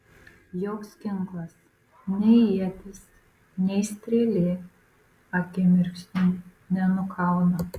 joks ginklas nei ietis nei strėlė akimirksniu nenukauna